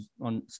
on